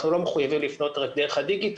אנחנו לא מחויבים לפנות בדיגיטל,